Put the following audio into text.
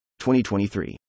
2023